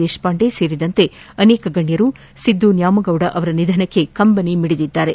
ದೇಶಪಾಂಡೆ ಸೇರಿದಂತೆ ಅನೇಕ ಗಣ್ಯರು ಸಿದ್ದು ನ್ಯಾಮಗೌಡ ಅವರ ನಿಧನಕ್ಕೆ ಕಂಬನಿ ಮಿಡಿದಿದ್ದಾರೆ